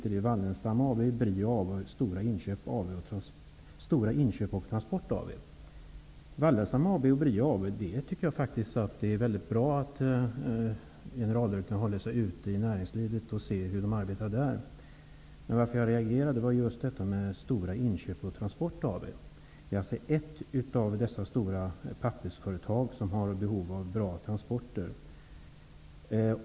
Per Anders Örtendahl t.ex. sitter med i Wallenstam När det gäller Wallenstam AB och Brio AB tycker jag faktiskt att det är väldigt bra att generaldirektören är ute i näringslivet och ser hur det arbetas där. Orsaken till att jag reagerat är just detta med Stora inköp och transport AB, som ju är ett av de stora pappersföretagen och som har behov av bra transporter.